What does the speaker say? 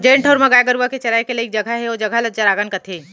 जेन ठउर म गाय गरूवा चराय के लइक जघा हे ओ जघा ल चरागन कथें